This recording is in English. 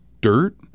dirt